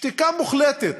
שתיקה מוחלטת,